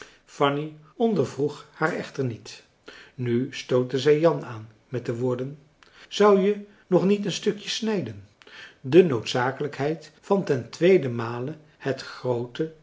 fanny ondervroeg haar echter niet nu stootte zij jan aan met de woorden zou je nog niet een stukje snijden de noodzakelijkheid van ten tweeden male het groote